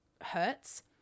hurts